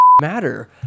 matter